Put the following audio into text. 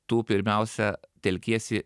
tu pirmiausia telkiesi